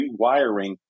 rewiring